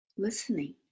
Listening